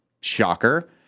shocker